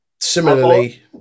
similarly